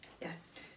Yes